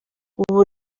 ubu